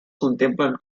contemplen